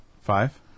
Five